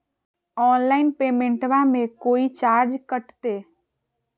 Online पेमेंटबां मे कोइ चार्ज कटते?